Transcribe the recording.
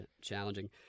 challenging